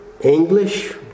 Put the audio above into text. English